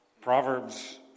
Proverbs